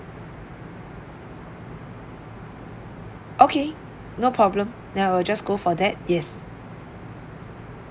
okay no problem then I'll just go for that yes